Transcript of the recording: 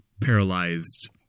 paralyzed